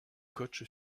coach